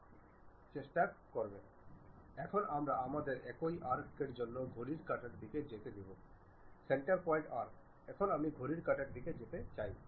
যদি এটি না হয় তবে আমি এটিকে বিপরীত দিকেই ফিরিয়ে দেব এটি আমার উপর নির্ভর করে আমি কোন দিকে যেতে চাই